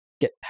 get